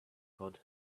called